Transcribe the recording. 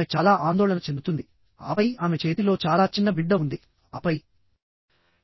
ఆమె చాలా ఆందోళన చెందుతుంది ఆపై ఆమె చేతిలో చాలా చిన్న బిడ్డ ఉంది ఆపై